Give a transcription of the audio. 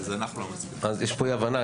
אז יש פה אי הבנה.